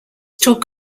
talk